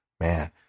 man